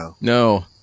No